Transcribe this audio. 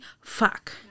fuck